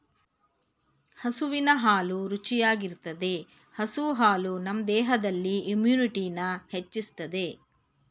ಹಸುವಿನ ಹಾಲು ರುಚಿಯಾಗಿರ್ತದೆ ಹಸು ಹಾಲು ನಮ್ ದೇಹದಲ್ಲಿ ಇಮ್ಯುನಿಟಿನ ಹೆಚ್ಚಿಸ್ತದೆ